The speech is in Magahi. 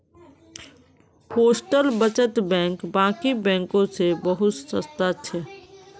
पोस्टल बचत बैंक बाकी बैंकों से बहुत सस्ता छे